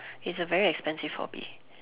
it's a very expensive hobby